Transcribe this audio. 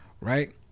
right